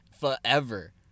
forever